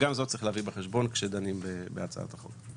גם את זה צריך להביא בחשבון כשדנים בהצעת החוק.